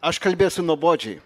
aš kalbėsiu nuobodžiai